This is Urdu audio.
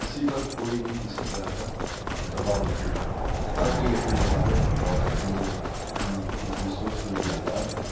کسی پر کوئی بھی کسی طرح کا دباؤ نہیں ہے ہر کوئی اپنی عبادت اور اپنی فطری سوچ کے لیے آزاد ہے